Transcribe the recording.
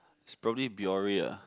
it's probably Biore [ah]>